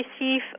receive